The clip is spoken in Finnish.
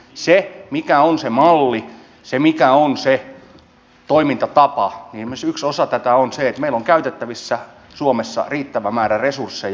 se mikä on se malli se mikä on se toimintatapa yksi osa tätä on esimerkiksi se että meillä on käytettävissä suomessa riittävä määrä resursseja